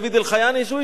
שהוא איש ליכוד בעצמו?